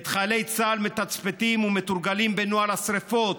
את חיילי צה"ל מתצפתים ומתורגלים בנוהל השרפות,